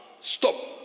stop